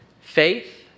faith